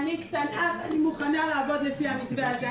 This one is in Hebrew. יפעת, אני קטנה ואני מוכנה לעבוד לפי המתווה הזה.